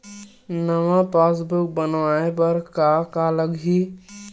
नवा पासबुक बनवाय बर का का लगही?